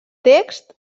text